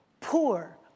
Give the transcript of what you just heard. poor